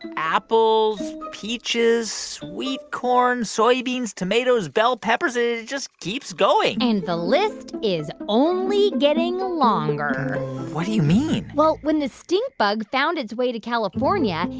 apple, peaches, sweet corn, soybeans, tomatoes, bell peppers it just keeps going and the list is only getting longer what do you mean? well, when the stink bug found its way to california,